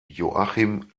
joachim